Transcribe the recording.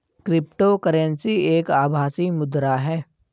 crypto currency एक आभासी मुद्रा है